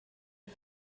est